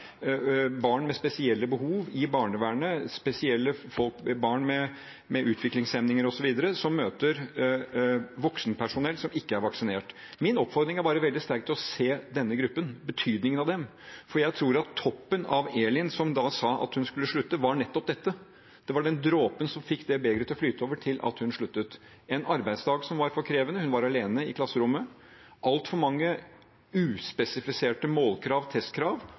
barn med spesielle behov i barnevernet, barn med utviklingshemninger osv., som møter voksenpersonell som ikke er vaksinert. Min oppfordring er bare veldig sterkt å se denne gruppen, betydningen av dem, for jeg tror at toppen for Elin, som sa at hun skulle slutte, var nettopp dette, det var den dråpen som fikk begeret til å flyte over slik at hun sluttet: en arbeidsdag som var for krevende, der hun var alene i klasserommet, med altfor mange uspesifiserte målkrav og testkrav,